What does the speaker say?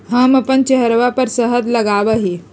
हम अपन चेहरवा पर शहद लगावा ही